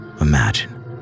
Imagine